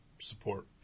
support